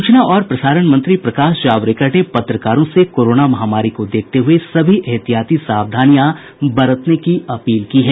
सूचना और प्रसारण मंत्री प्रकाश जावडेकर ने पत्रकारों से कोरोना महामारी को देखते हुए सभी एहतियाती सावधानियां बरतने की अपील की है